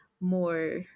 more